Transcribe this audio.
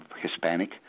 Hispanic